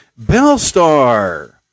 Bellstar